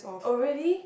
oh really